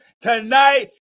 tonight